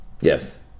Yes